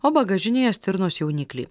o bagažinėje stirnos jauniklį